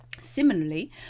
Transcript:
Similarly